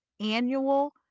annual